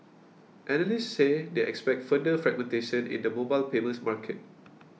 analysts said they expect further fragmentation in the mobile payments market